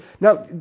Now